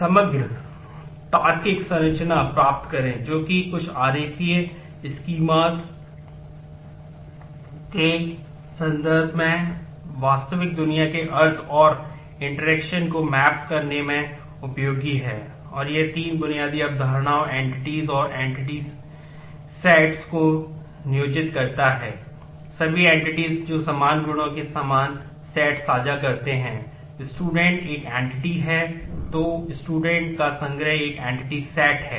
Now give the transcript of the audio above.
समग्र तार्किक है